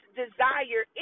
desire